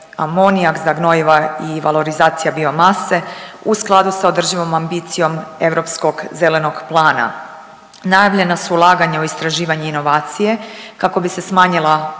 amonijak za gnojiva i valorizacija bio mase u skladu sa održivom ambicijom Europskog zelenog plana. Najavljena su ulaganja u istraživanja i inovacije kako bi se smanjila